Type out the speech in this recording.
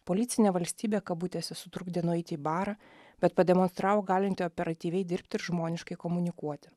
policinė valstybė kabutėse sutrukdė nueit į barą bet pademonstravo galinti operatyviai dirbt ir žmoniškai komunikuoti